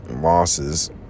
losses